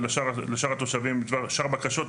ולשאר התושבים ולשאר הבקשות,